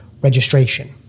registration